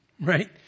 Right